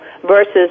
versus